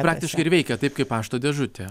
praktiškai ir veikia taip kaip pašto dėžutė